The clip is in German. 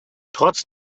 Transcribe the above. trotz